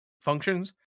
functions